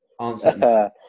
Answer